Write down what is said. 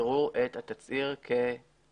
יראו את התצהיר כהתקבל.